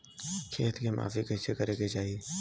खेत के माफ़ी कईसे करें के चाही?